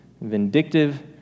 vindictive